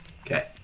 Okay